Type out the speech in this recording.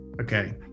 okay